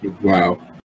wow